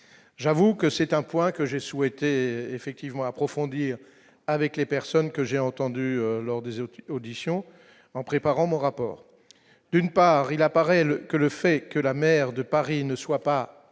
j'avoue que c'est un point que j'ai souhaité effectivement approfondir avec les personnes que j'ai entendu lors des autres auditions en préparant mon rapport, d'une part, il apparaît le que le fait que la maire de Paris ne soit pas